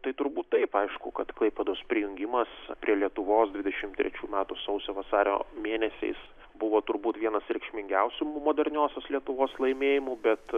tai turbūt taip aišku kad klaipėdos prijungimas prie lietuvos dvidešimt trečių metų sausio vasario mėnesiais buvo turbūt vienas reikšmingiausių moderniosios lietuvos laimėjimų bet